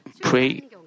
pray